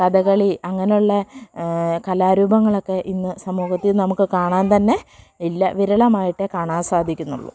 കഥകളി അങ്ങനെയുള്ള കലാരൂപങ്ങളൊക്കെ ഇന്ന് സമൂഹത്തിൽ നമുക്ക് കാണാൻ തന്നെ ഇല്ല വിരളമായിട്ടെ കാണാൻ സാധിക്കുന്നുള്ളൂ